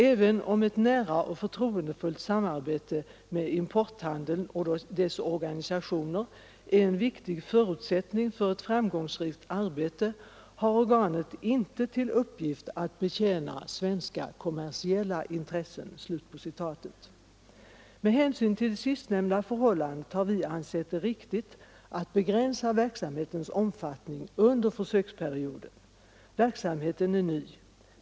Även om ett nära och förtroendefullt samarbete med importhandeln och dess organisationer är en viktig förutsättning för ett framgångsrikt arbete har organet inte till uppgift att betjäna svenska kommersiella intressen”. Med hänsyn till sistnämnda förhållande har vi ansett det riktigt att begränsa verksamhetens omfattning under försöksperioden. Verksamheten är ny.